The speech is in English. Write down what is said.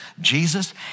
Jesus